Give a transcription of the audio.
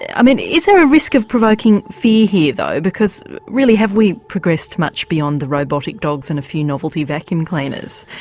i mean is there a risk of provoking fear here though, because really have we progressed much beyond the robotic dogs and a few novelty vacuum cleaners?